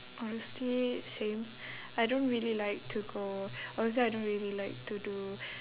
honestly same I don't really like to go honestly I don't really like to do